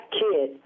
kid